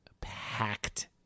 packed